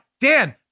Dan